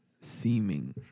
seeming